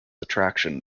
attraction